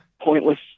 pointless